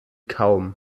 kaum